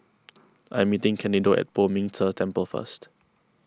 I am meeting Candido at Poh Ming Tse Temple first